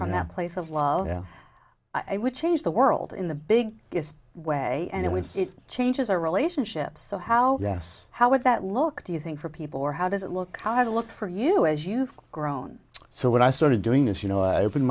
from that place of love yeah i would change the world in the big way and it would change as a relationship so how how would that look do you think for people or how does it look how to look for you as you've grown so what i started doing is you know i open